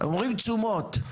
אומרים תשומות.